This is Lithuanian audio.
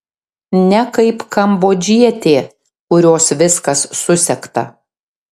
ne kaip kambodžietė kurios viskas susegta